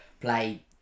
play